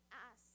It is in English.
ask